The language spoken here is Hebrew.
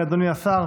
אדוני השר.